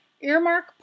earmark